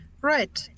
right